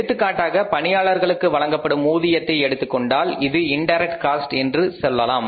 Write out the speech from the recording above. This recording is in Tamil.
எடுத்துக்காட்டாக பணியாளர்களுக்கு வழங்கப்படும் ஊதியத்தை எடுத்துக் கொண்டால் அது இண்டைரக்ட் காஸ்ட் என்று சொல்லலாம்